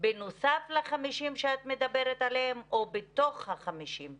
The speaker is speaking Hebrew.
בנוסף ל-50 מיליון שקלים עליהם את מדברת או בתוך ה-5 מיליון שקלים?